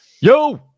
Yo